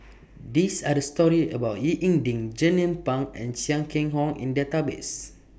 These Are The stories about Ying E Ding Jernnine Pang and Chia Keng Hock in Database